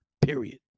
Period